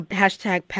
hashtag